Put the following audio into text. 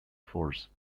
force